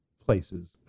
places